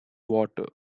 water